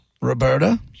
Roberta